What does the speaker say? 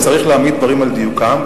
צריך להעמיד דברים על דיוקם,